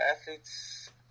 athletes